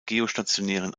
geostationären